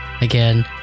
Again